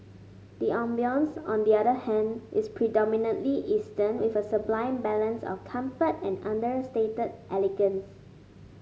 the ambience on the other hand is predominantly Eastern with a sublime balance of comfort and understated elegance